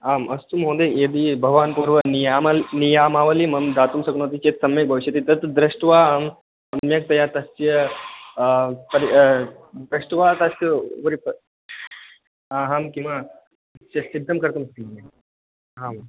आम् अस्तु महोदय यदि भवान् कुर्वन् नियामा नियामावलिं मम दातुं शक्नोति चेत् सम्यक् भविष्यति तत् दृष्ट्वा अहं सम्यकतया तस्य दृष्ट्वा